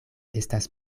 estas